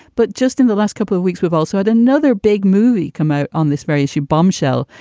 but just in the last couple of weeks, we've also had another big movie come out on this very issue, bombshell,